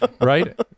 right